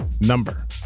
number